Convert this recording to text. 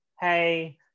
hey